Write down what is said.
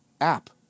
app